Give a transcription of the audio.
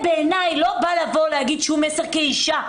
בעיניי זה לא בא לומר מסר כאישה.